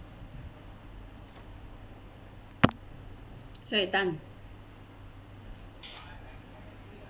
okay done